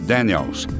Daniels